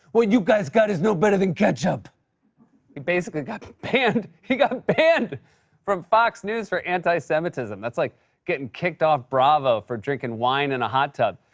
what you guys got is no better than ketchup! he basically got banned he got banned from fox news for anti-semitism. that's like getting kicked off bravo for drinking wine in a hot tub.